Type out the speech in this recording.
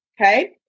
Okay